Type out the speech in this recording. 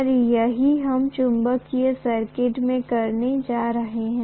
और यही हम चुंबकीय सर्किट में करने जा रहे हैं